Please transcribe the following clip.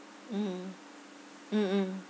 mm mm mm